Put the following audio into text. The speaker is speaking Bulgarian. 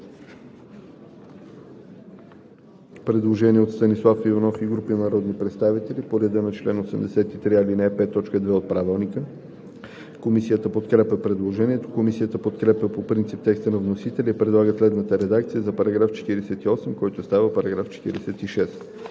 предложение от Станислав Иванов и група народни представители по реда на чл. 83, ал. 5, т. 2 от Правилника. Комисията подкрепя предложението. Комисията подкрепя по принцип текста на вносителя и предлага следната редакция за § 49, който става § 47: „§ 47.